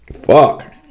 fuck